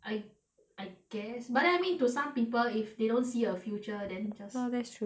I I guess but then I mean to some people if they don't see a future then just oh that's true